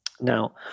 Now